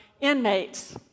inmates